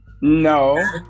no